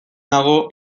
nago